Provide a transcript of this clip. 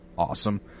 awesome